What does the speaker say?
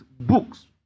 books